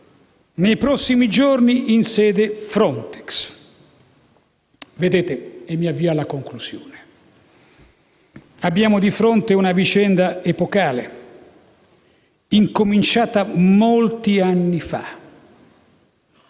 nei prossimi giorni in sede Frontex. Mi avvio alla conclusione. Abbiamo di fronte una vicenda epocale, incominciata molti anni fa,